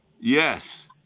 Yes